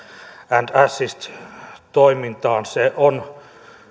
and assist toimintaan se on